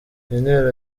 intero